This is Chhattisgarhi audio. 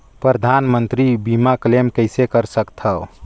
परधानमंतरी मंतरी बीमा क्लेम कइसे कर सकथव?